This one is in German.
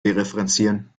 dereferenzieren